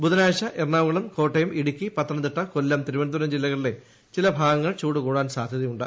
ബൂധനാഴ്ച എറണാകുളം കോട്ടയം ഇടുക്കി പത്തനംതിട്ട കൊല്ലം തിരുവനന്തപുരം ജില്ലകളുടെ ചില ഭാഗങ്ങളിൽ ചൂട് കൂടാൻസാധൃതയുണ്ട്